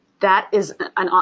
that is an. ah